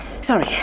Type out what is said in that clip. Sorry